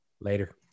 Later